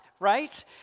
right